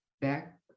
back